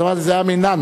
אז אמרתי, זה היה מנאנט.